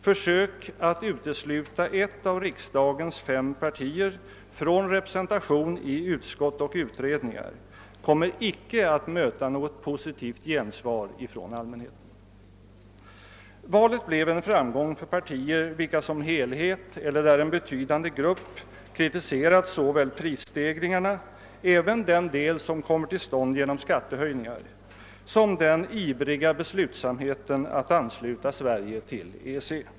Försök att utesluta ett av riksdagens fem partier från representation i utskott och utredningar kommer inte att möta något positivt gensvar från allmänheten. Valet blev en framgång för partier vilka antingen som helhet eller genom en betydande grupp kritiserade såväl prisstegringarna — även den del som kommer till stånd genom skattehöjningar — som den ivriga beslutsamheten att ansluta Sverige till EEC.